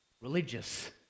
religious